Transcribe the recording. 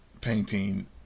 painting